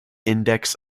index